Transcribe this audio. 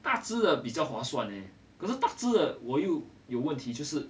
大支的比较划算咧可是大支的我又有问题就是